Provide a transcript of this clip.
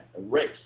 erase